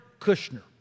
Kushner